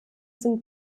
sind